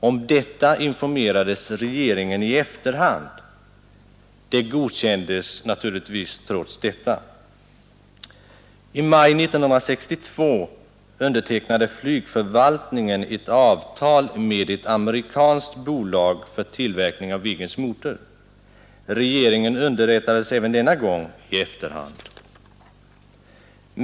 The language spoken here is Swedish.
Om detta informerades regeringen i efterhand. Det godkändes naturligtvis trots detta. I maj 1962 undertecknade flygförvaltningen ett avtal med ett amerikanskt bolag för tillverkning av Viggens motor. Regeringen underrättades även denna gång i efterhand.